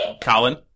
Colin